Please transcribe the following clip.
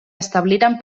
establiren